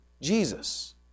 Jesus